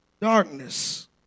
darkness